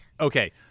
Okay